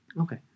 Okay